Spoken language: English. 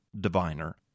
diviner